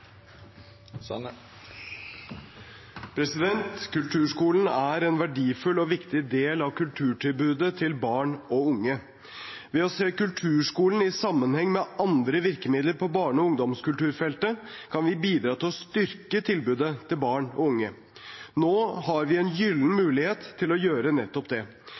Kulturskolen er en verdifull og viktig del av kulturtilbudet til barn og unge. Ved å se kulturskolen i sammenheng med andre virkemidler på barne- og ungdomskulturfeltet kan vi bidra til å styrke tilbudet til barn og unge. Nå har vi en gyllen mulighet til å gjøre nettopp det.